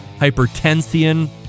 hypertension